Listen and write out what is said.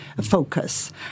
focus